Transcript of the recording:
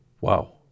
Wow